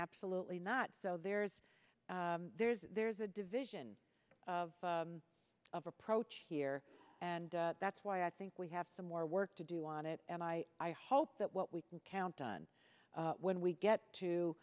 absolutely not so there's there's there's a division of approach here and that's why i think we have some more work to do on it and i i hope that what we can count on when we get to